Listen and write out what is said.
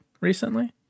recently